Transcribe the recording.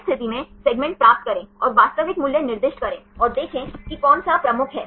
इस स्थिति में सेगमेंट प्राप्त करें और वास्तविक मूल्य निर्दिष्ट करें और देखें कि कौन सा प्रमुख है